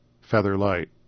feather-light